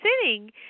sitting